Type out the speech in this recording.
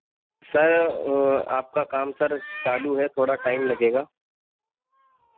سر آپ کا کام سر چالو ہے تھوڑا ٹائم لگے گا